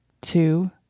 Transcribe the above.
two